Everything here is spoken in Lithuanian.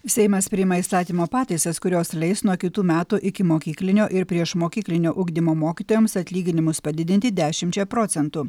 seimas priėmė įstatymo pataisas kurios leis nuo kitų metų ikimokyklinio ir priešmokyklinio ugdymo mokytojams atlyginimus padidinti dešimčia procentų